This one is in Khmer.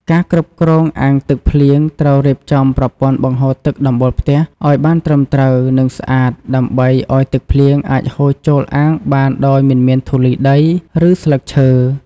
ការគ្រប់គ្រងអាងទឹកភ្លៀងត្រូវរៀបចំប្រព័ន្ធបង្ហូរទឹកដំបូលផ្ទះឲ្យបានត្រឹមត្រូវ និងស្អាត ដើម្បីឲ្យទឹកភ្លៀងអាចហូរចូលអាងបានដោយមិនមានធូលីដី ឬស្លឹកឈើ។